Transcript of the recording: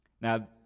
Now